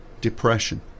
depression